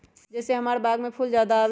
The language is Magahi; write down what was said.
जे से हमार बाग में फुल ज्यादा आवे?